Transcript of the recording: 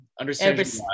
understand